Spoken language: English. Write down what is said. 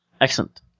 Excellent